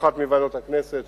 באחת מוועדות הכנסת